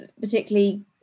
particularly